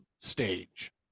Stage